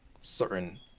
certain